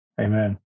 Amen